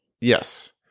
yes